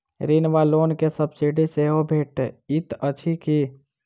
ऋण वा लोन केँ सब्सिडी सेहो भेटइत अछि की?